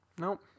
Nope